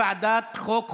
לוועדת החוקה,